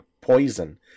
poison